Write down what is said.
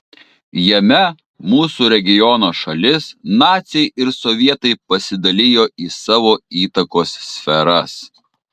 jame mūsų regiono šalis naciai ir sovietai pasidalijo į savo įtakos sferas